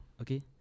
Okay